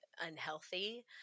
unhealthy